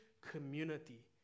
community